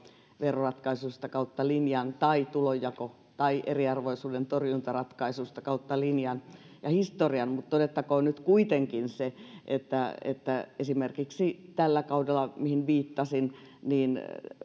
veroratkaisuista kautta linjan tai eriarvoisuuden torjuntaratkaisusta kautta linjan ja historian todettakoon nyt kuitenkin se että että esimerkiksi tällä kaudella mihin viittasin